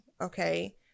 Okay